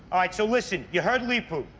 right, so listen. you heard leepu.